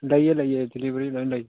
ꯂꯩꯌꯦ ꯂꯩꯌꯦ ꯗꯦꯂꯤꯚꯔꯤ ꯂꯣꯏꯅ ꯂꯩ